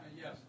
Yes